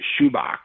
shoebox